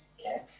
okay